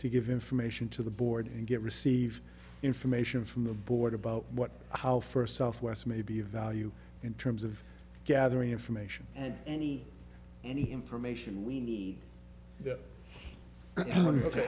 to give information to the board and get receive information from the board about what how first southwest may be of value in terms of gathering information and any any information we need to